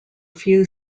few